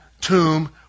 tomb